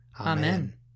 Amen